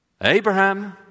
Abraham